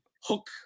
hook